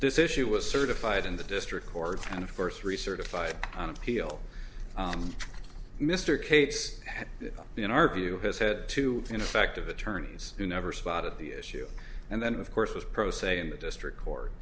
this issue was certified in the district court and of course recertified on appeal mr cates in our view has had two ineffective attorneys who never spotted the issue and then of course was pro se in the district court